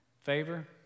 favor